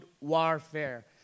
warfare